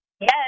Yes